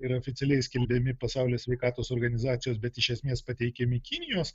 yra oficialiai skelbiami pasaulio sveikatos organizacijos bet iš esmės pateikiami kinijos